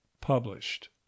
Published